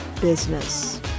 business